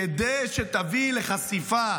כדי שתביא לחשיפה